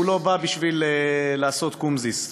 הוא לא בא בשביל לעשות קומזיץ.